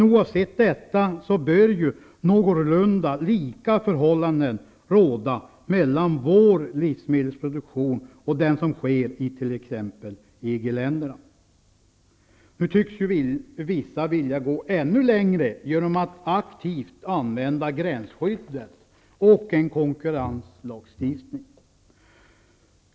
Oavsett detta bör någorlunda lika förhållanden råda när det gäller vår livsmedelsproduktion resp. den som finns i t.ex. EG-länderna. Vissa tycks vilja gå ännu längre genom att aktivt använda gränsskyddet och en konkurrenslagstiftning.